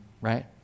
right